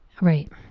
Right